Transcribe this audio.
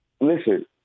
Listen